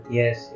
yes